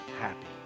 happy